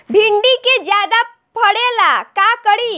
भिंडी के ज्यादा फरेला का करी?